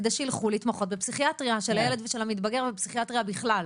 כדי שילכו להתמחות בפסיכיאטריה של הילד ושל המתבגר ופסיכיאטריה בכלל.